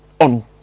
on